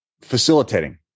facilitating